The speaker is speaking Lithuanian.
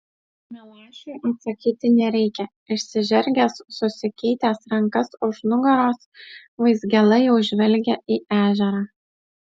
milašiui atsakyti nereikia išsižergęs susikeitęs rankas už nugaros vaizgėla jau žvelgia į ežerą